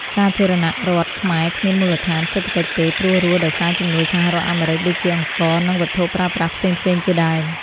សាធារណរដ្ឋខ្មែរគ្មានមូលដ្ឋាន សេដ្ឋកិច្ចទេព្រោះរស់ ដោយសារជំនួយសហរដ្ឋអាមេរិកដូចជា អង្ករ និងវត្ថុប្រើប្រាស់ផ្សេងៗជាដើម។